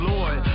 Lord